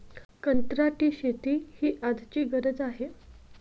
कंत्राटी शेती ही आजची गरज आहे